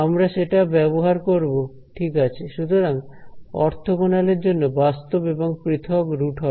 আমরা সেটা ব্যবহার করব ঠিক আছে সুতরাং অর্থগণাল এর জন্য বাস্তব এবং পৃথক রুট হবে